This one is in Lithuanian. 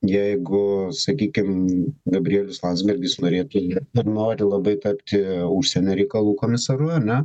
jeigu sakykim gabrielius landsbergis norėtų ir nori labai tapti užsienio reikalų komisaru ar ne